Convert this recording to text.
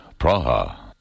Praha